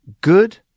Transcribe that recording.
good